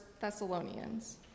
Thessalonians